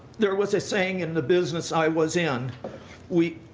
there was a saying in the business i was in we